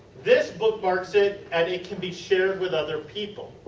this bookmarks it and it can be shared with other people.